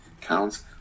counts